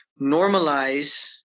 normalize